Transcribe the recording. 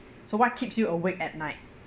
so what keeps you awake at night